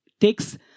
takes